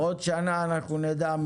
עוד שנה אנחנו נדע,